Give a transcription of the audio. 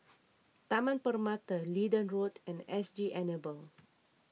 Taman Permata Leedon Road and S G Enable